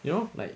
you know like